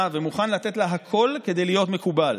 ומוכן לתת לה הכול כדי להיות מקובל,